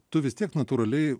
tu vis tiek natūraliai